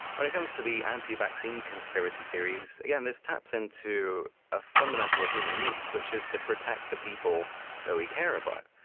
when it comes to the anti-vaccine conspiracy theories, again, this taps into a fundamental human need which is to protect the people that we care about.